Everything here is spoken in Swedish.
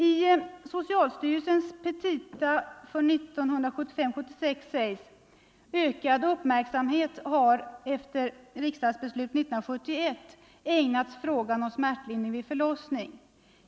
I socialstyrelsens petita för 1975/76 sägs: ”Ökad uppmärksamhet har efter riksdagsbeslut 1971 ägnats frågan om smärtlindring vid förlossning.